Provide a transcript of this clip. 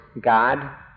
God